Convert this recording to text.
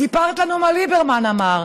סיפרת לנו מה ליברמן אמר,